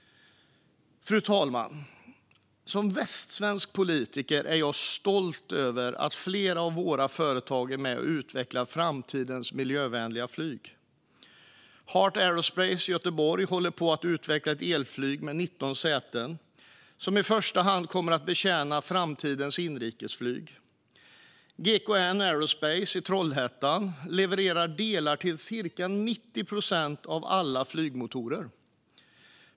Fru talman! Som västsvensk politiker är jag stolt över att flera av våra företag är med och utvecklar framtidens miljövänliga flyg. Heart Aerospace i Göteborg håller på att utveckla ett elflyg med 19 säten som i första hand kommer att betjäna framtidens inrikesflyg. GKN Aerospace i Trollhättan levererar delar till cirka 90 procent av alla flygmotorer.